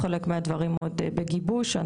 חלק מהדברים עוד בגיבוש.